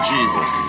Jesus